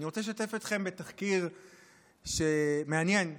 אני רוצה לשתף אתכם בתחקיר מעניין שמצאתי.